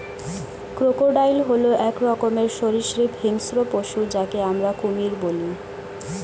crocodile হল এক রকমের সরীসৃপ হিংস্র পশু যাকে আমরা কুমির বলি